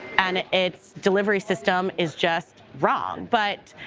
and its delivery system is just wrong. but